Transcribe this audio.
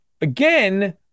again